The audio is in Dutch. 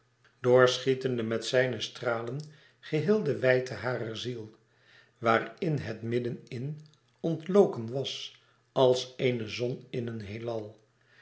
was doorschietende met zijne stralen geheel de wijdte harer ziel waarin het midden in ontloken was als eene zon in een heelal